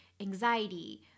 anxiety